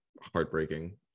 heartbreaking